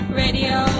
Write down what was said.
radio